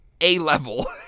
A-level